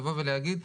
לבוא ולהגיד,